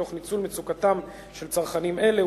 תוך ניצול מצוקתם של צרכנים אלה,